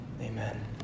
Amen